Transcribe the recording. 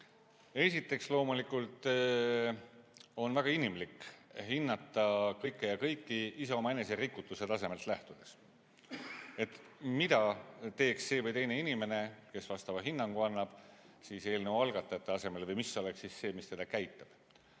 Esiteks, loomulikult on väga inimlik hinnata kõike ja kõiki omaenese rikutuse tasemest lähtudes. Mida teeks see või teine inimene, kes vastava hinnangu annab, eelnõu algatajate asemel või mis oleks see, mis teda käitab?